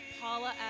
Paula